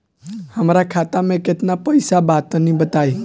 हमरा खाता मे केतना पईसा बा तनि बताईं?